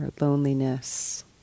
loneliness